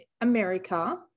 America